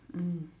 mm